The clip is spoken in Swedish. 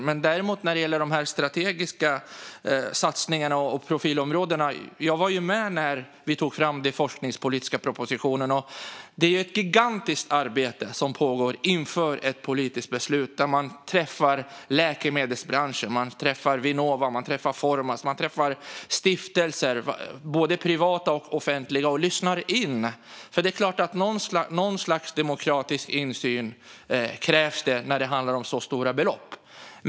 När det däremot gäller de strategiska satsningarna och profilområdena kan jag säga att jag var med när vi tog fram den forskningspolitiska propositionen. Det är ett gigantiskt arbete som pågår inför ett politiskt beslut, där man träffar läkemedelsbranschen, Vinnova, Formas och stiftelser, både privata och offentliga, och lyssnar in. Det är klart att det krävs något slags demokratisk insyn när det handlar om så stora belopp.